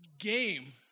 game